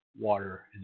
water